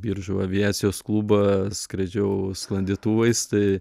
biržų aviacijos klubą skraidžiau sklandytuvais tai